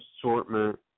assortment